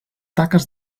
taques